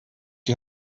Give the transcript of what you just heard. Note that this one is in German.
die